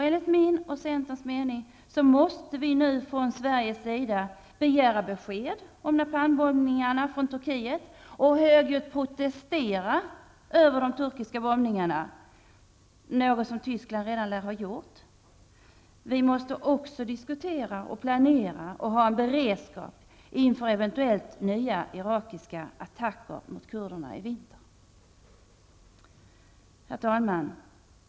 Enligt min och centerns mening måste vi nu från Sveriges sida begära besked om napalmbombningarna från Turkiet och högljutt protestera över de turkiska bombningarna, något som Tyskland redan lär ha gjort. Vi måste också diskutera och planera och ha en beredskap inför eventuella nya irakiska attacker mot kurderna i vinter. Herr talman!